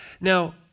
Now